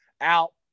out